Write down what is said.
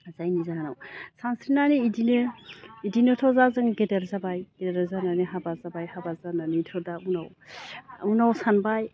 जायनि जाहोनाव सानस्रिनानै बिदिनो बिदिनोथ' दा जों गेदेर जाबाय गेदेर जानानै हाबा जाबाय हाबा जानानैथ' दा उनाव उनाव सानबाय